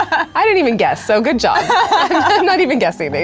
i didn't even guess so good job. i'm not even guessing but